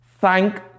thank